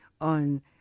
on